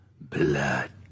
Blood